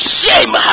shame